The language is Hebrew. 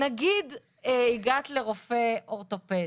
נגיד הגעת לרופא אורתופד